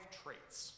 traits